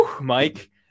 Mike